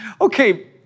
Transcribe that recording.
Okay